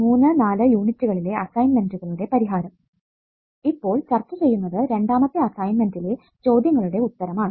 03 04 യൂണിറ്റുകളിലെ അസൈൻമെന്റുകളുടെ പരിഹാരം ഇപ്പോൾ ചർച്ച ചെയ്യുന്നത് രണ്ടാമത്തെ അസൈൻമെന്റിലെ ചോദ്യങ്ങളുടെ ഉത്തരമാണ്